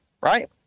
Right